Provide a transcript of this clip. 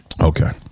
okay